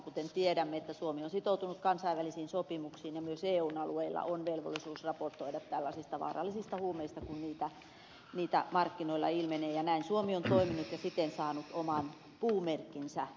kuten tiedämme suomi on sitoutunut kansainvälisiin sopimuksiin ja myös eun alueella on velvollisuus raportoida tällaisista vaarallisista huumeista kun niitä markkinoilla ilmenee ja näin suomi on toiminut ja siten saanut oman puhvetti lisää